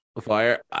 fire